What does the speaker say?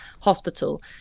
hospital